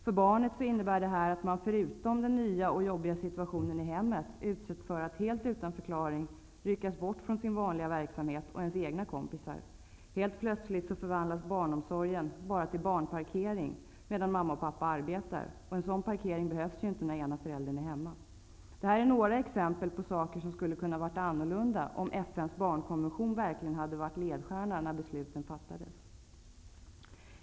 För barnet innebär detta att det förutom den nya, jobbiga situationen i hemmet utsätts för att -- helt utan förklaring -- ryckas bort från den vanliga verksamheten och sina egna kompisar. Helt plötsligt förvandlas barnomsorgen till barnparkering medan mamma och pappa arbetar, och en sådan parkering behövs inte när den ena föräldern är hemma. Det här är några exempel på saker som skulle kunna vara annorlunda om FN:s barnkonvention verkligen hade varit ledstjärna när beslut fattades.